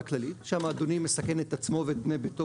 כללית שם אדוני מסכן את עצמו ואת בני ביתו,